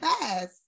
fast